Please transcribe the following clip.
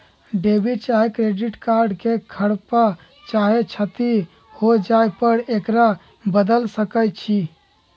debit चाहे credit card के खराप चाहे क्षति हो जाय पर एकरा बदल सकइ छी